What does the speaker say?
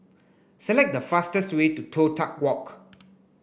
select the fastest way to Toh Tuck Walk